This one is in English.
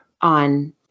on